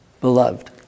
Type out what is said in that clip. beloved